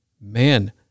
Man